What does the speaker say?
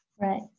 Right